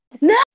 No